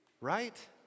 Right